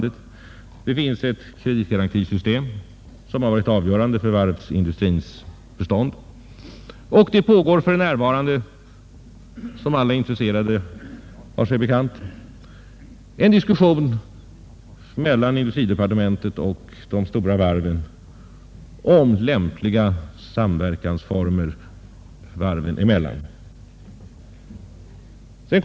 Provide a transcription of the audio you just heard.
Det finns ett kreditgarantisystem, som har varit avgörande för varvsindustrins bestånd. För närvarande pågår, som alla intresserade har sig bekant, en diskussion mellan industridepartementet och de stora varven om lämpliga samverkansformer varven emellan.